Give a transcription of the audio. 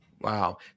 Wow